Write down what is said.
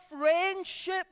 friendship